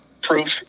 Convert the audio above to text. proof